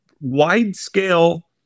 wide-scale